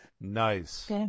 Nice